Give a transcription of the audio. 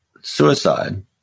suicide